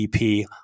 EP